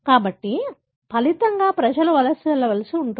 కాబట్టి ఫలితంగా ప్రజలు వలస వెళ్లవలసి వస్తుంది